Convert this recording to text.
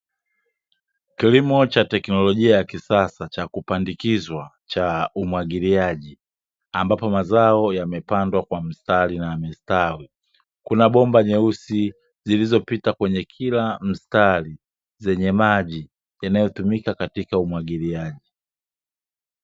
Kilimo cha teknolojia ya kisasa chwa kupandikizwa cha umwagiliaji, ambapo mazao yamepangwa kwa mstari na yamestawi, kuna bomba nyeusi zilizopita kwenye kila mstari zenye maji yanayotumika katika umwagiliaji.